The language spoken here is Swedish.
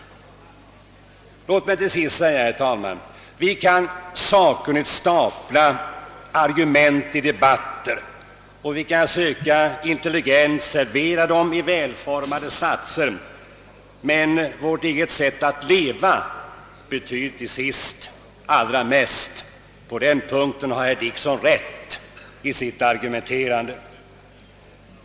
Vi är inte rädda för en forskning här. Herr talman! Vi kan sakkunnigt stapla argument i debatten och söka att intelligent servera dem i välformade satser, men vårt eget sätt att leva betyder till sist allra mest. På den punkten har herr Dickson rätt i sitt resoneman.